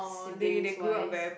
siblings wise